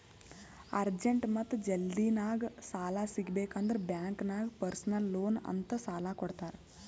urgent ಮತ್ತ ಜಲ್ದಿನಾಗ್ ಸಾಲ ಸಿಗಬೇಕ್ ಅಂದುರ್ ಬ್ಯಾಂಕ್ ನಾಗ್ ಪರ್ಸನಲ್ ಲೋನ್ ಅಂತ್ ಸಾಲಾ ಕೊಡ್ತಾರ್